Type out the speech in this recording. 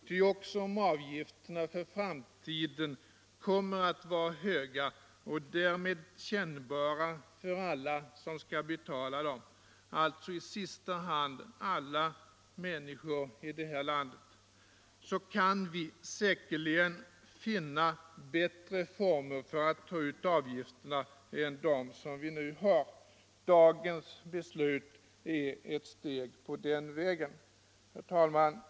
Ty också om avgifterna för framtiden kommer att vara höga och därmed kännbara för alla som skall betala dem — alltså i sista hand alla människor i det här landet — så kan vi säkerligen finna bättre former att ta ut avgifterna än vi nu har. Dagens beslut är ett steg på den vägen. Herr talman!